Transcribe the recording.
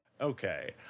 Okay